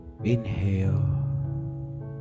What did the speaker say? Inhale